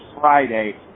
Friday